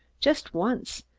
just once,